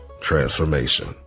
transformation